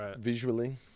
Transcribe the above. visually